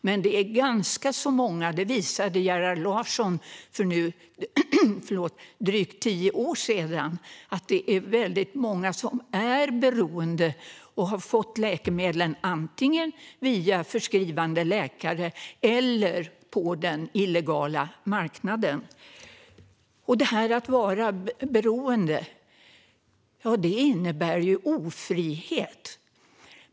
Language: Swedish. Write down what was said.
Men väldigt många är beroende - det visade Gerhard Larsson för nu drygt tio år sedan - och har fått läkemedlen antingen via förskrivande läkare eller på den illegala marknaden. Att vara beroende innebär ofrihet.